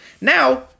Now